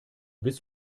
bist